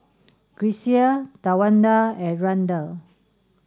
Grecia Tawanda and Randal